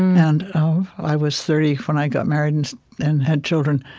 and i was thirty when i got married and and had children.